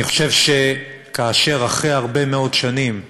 אני חושב שכאשר אחרי הרבה מאוד שנים,